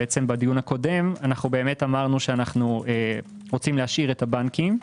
בדיון הקודם אמרנו שאנו רוצים להשאיר את הבנקים,